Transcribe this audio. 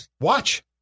watch